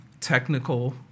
technical